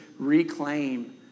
Reclaim